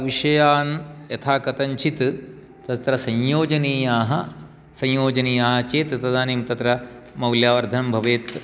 विषयान् यथा कथञ्चित् तत्र संयोजनीयाः संयोजनीयाः चेत् तदानीं तत्र मौल्यवर्धनं भवेत्